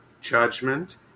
judgment